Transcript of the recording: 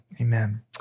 Amen